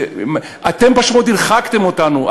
אתם פשוט הרחקתם אותנו,